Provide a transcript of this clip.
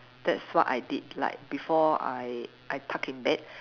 that's what I did like before I I tuck in bed